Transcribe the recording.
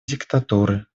диктатуры